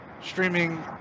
streaming